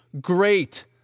great